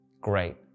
great